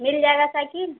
मिल जाएगा साइकिल